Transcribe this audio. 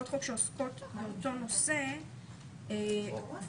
נדון בבקשת יושבת ראש הוועדה לביטחון הפנים